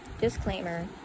disclaimer